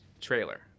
trailer